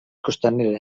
costanera